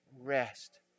rest